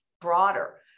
broader